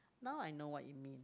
now I know what it mean